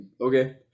okay